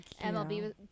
MLB